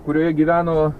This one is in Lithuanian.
kurioje gyveno